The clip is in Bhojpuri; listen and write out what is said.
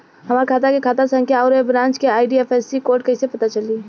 हमार खाता के खाता संख्या आउर ए ब्रांच के आई.एफ.एस.सी कोड कैसे पता चली?